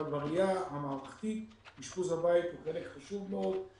אבל בראייה המערכתית אשפוז הבית הוא חלק חשוב מאוד,